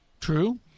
True